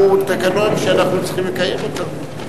הוא תקנון שאנחנו צריכים לקיים אותו.